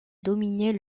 dominer